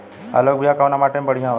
आलू के बिया कवना माटी मे बढ़ियां होला?